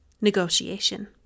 negotiation